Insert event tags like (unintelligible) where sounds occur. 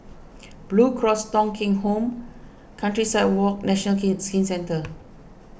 Blue Cross Thong Kheng Home Countryside Walk National (unintelligible) Skin Centre